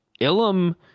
Ilum